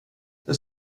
det